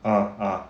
uh uh